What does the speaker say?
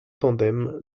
tandem